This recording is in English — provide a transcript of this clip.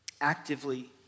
Actively